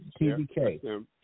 TBK